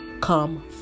come